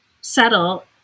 settle